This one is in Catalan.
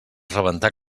rebentar